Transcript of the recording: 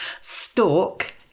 Stalk